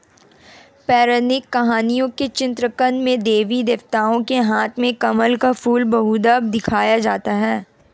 पौराणिक कहानियों के चित्रांकन में देवी देवताओं के हाथ में कमल का फूल बहुधा दिखाया जाता है